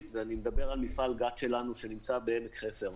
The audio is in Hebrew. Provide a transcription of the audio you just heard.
ואני מדבר על מפעל-בת שלנו שנמצא בעמק חפר.